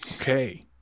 Okay